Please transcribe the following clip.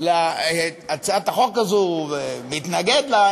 על הצעת החוק הזו ומתנגד לה,